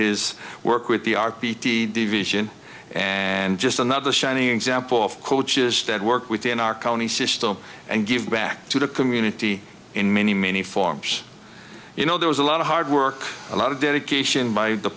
his work with the r p t division and just another shining example of coaches that work within our county system and give back to the community in many many forms you know there was a lot of hard work a lot of dedication by the